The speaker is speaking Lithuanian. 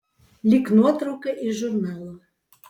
lyg nuotrauka iš žurnalo